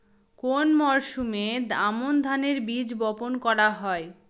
কোন মরশুমে আমন ধানের বীজ বপন করা হয়?